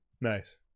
Nice